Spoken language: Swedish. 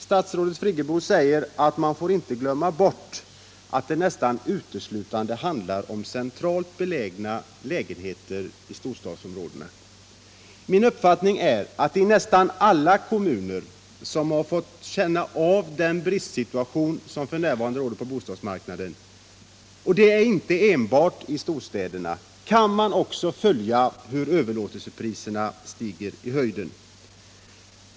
Statsrådet Friggebo säger att man inte får glömma att det nästan uteslutande handlar om centralt belägna lägenheter i storstadsområdena. Min uppfattning är att man i nästan alla kommuner som har fått känna av den bristsituation som f. n. råder på bostadsmarknaden —- och det är inte enbart i storstäderna — också kan följa hur överlåtelsepriserna stiger i höjden.